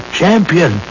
champion